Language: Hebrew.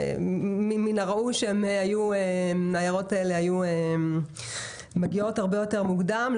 מן הראוי שההערות האלה היו מגיעות הרבה יותר מוקדם.